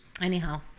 Anyhow